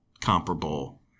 comparable